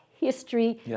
history